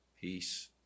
peace